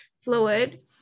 fluid